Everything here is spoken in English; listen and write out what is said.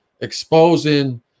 exposing